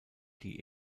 die